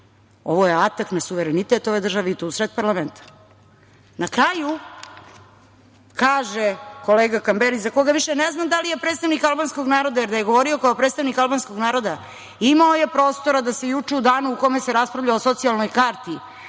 Ovo je atak na suverenitet ove države i to u sred parlamenta. Na kraju kaže kolega Kamberi, za koga više ne znam da li je predsednik albanskog naroda, jer da je govorio kao predstavnik albanskog naroda imao je prostora da se juče u danu u kome se raspravlja o socijalnoj karti,